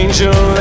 Angel